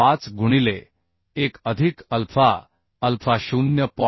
5 गुणिले 1 अधिक alpha alpha 0